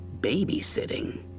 babysitting